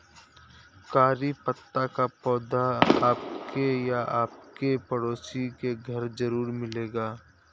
करी पत्ता का पौधा आपके या आपके पड़ोसी के घर ज़रूर मिलेगा